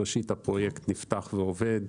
ראשית, הפרויקט נפתח ועובד,